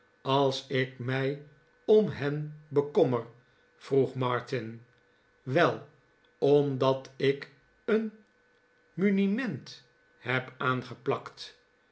als ik mij om hen bekommer vroeg martin wel omdat ik een muniment heb aangeplakt